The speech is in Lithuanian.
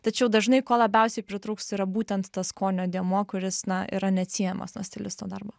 tačiau dažnai ko labiausiai pritrūksta yra būtent tas skonio dėmuo kuris na yra neatsiejamas nuo stilisto darbo